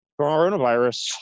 coronavirus